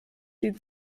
die